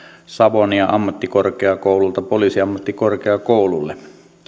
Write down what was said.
savonia ammattikorkeakoululta poliisiammattikorkeakoululle